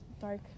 Dark